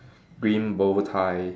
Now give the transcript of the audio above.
green bow tie